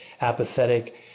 apathetic